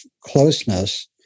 closeness